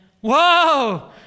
whoa